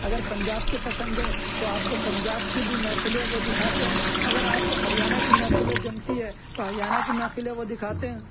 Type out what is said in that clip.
اگر پنجاب کے پسند ہیں تو آپ کو پنجاب کے بھی محفلیں وہ دکھاتے ہیں اگر آپ کو ہریانہ کی محفلیں جمتی ہیں تو ہریانہ کی محفلیں وہ دکھاتے ہیں